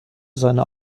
seine